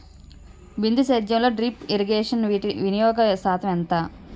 బిందు సేద్యంలో drip irrigation నీటివినియోగ శాతం ఎంత?